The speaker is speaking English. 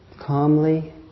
calmly